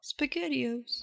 Spaghettios